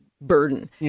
burden